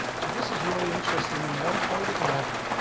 so this is really interesting in one photograph,